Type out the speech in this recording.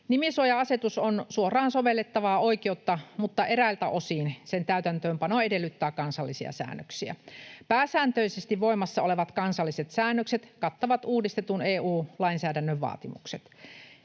Nimisuoja-asetus on suoraan sovellettavaa oikeutta, mutta eräiltä osin sen täytäntöönpano edellyttää kansallisia säännöksiä. Pääsääntöisesti voimassa olevat kansalliset säännökset kattavat uudistetun EU-lainsäädännön vaatimukset.